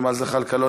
ג'מאל זחאלקה,